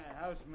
House